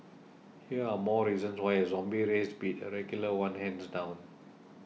here are more reasons why a zombie race beat a regular one hands down